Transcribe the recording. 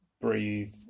breathe